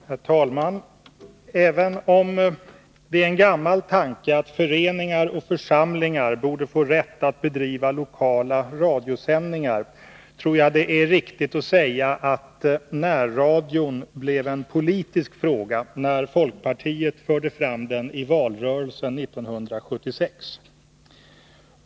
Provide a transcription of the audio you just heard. Herr talman! Även om det är en gammal tanke att föreningar och församlingar borde få rätt att bedriva lokala radiosändningar, tror jag det är riktigt att säga att närradion blev en politisk fråga när folkpartiet förde fram den i valrörelsen 1976.